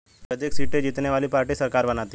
सर्वाधिक सीटें जीतने वाली पार्टी सरकार बनाती है